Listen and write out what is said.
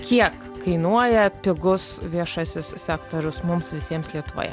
kiek kainuoja pigus viešasis sektorius mums visiems lietuvoje